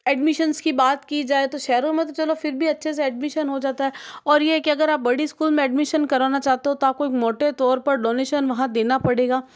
admissions की बात की जाए तो शहरो में तो चलो फिर भी अच्छे से एडमिशन हो जाता है और ये है कि अगर आप बड़ी स्कूल में एडमिशन कराना चाहते हो तो आपको एक मोटे तौर पर डोनेशन वहाँ देना पड़ेगा